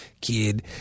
kid